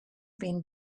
been